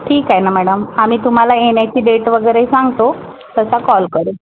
ठीक आहे ना मॅडम आम्ही तुम्हाला येण्याची डेट वगैरे सांगतो तसा कॉल करू